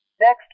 NEXT